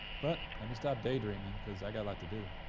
but let me stop day-dreaming cause i got a lot to do.